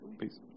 Peace